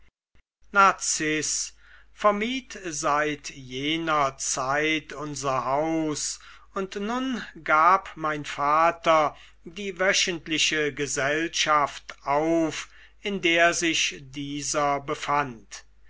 narziß vermied seit jener zeit unser haus und nun gab mein vater die wöchentliche gesellschaft auf in der sich dieser befand